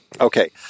Okay